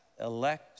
elect